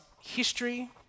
history